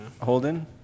Holden